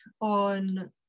on